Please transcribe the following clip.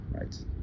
Right